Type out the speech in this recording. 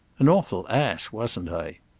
an awful ass, wasn't i?